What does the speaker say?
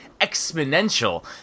exponential